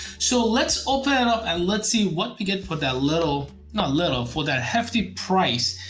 so let's open it up and let's see what we get for that little not little for that hefty price.